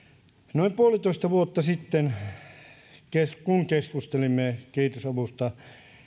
noin puolitoista vuotta sitten kun keskustelimme kehitysavusta